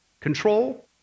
control